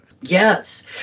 Yes